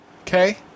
okay